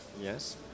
Yes